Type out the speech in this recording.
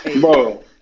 Bro